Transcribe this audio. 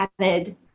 added